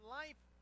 life